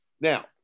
Now